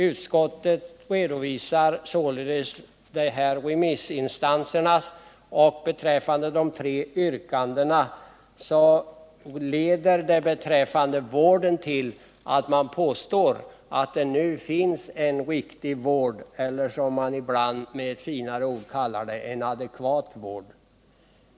Utskottet redovisar således remissinstansernas yttranden, och beträffande de tre yrkandena leder det till följande: Man påstår att det nu finns en riktig vård eller, som man ibland med ett finare ord kallar det, en adekvat vård.